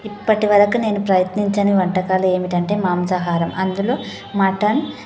ఇప్పటివరకు నేను ప్రయత్నించని వంటకాలు ఏమిటంటే మాంసాహారం అందులో మటన్